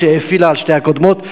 שהאפילה על שתי הקודמות.